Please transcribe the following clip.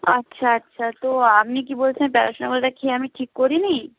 আচ্ছা আচ্ছা তো আপনি কি বলছেন প্যারাসিটামলটা খেয়ে আমি ঠিক করিনি